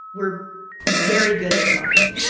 we're very good at marketing.